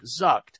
Zucked